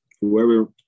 Whoever